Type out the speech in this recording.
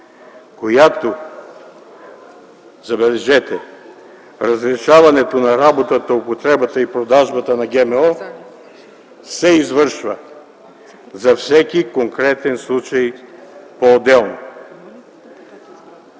която, забележете, разрешаването на работата, употребата и продажбата на ГМО се извършва за всеки конкретен случай поотделно.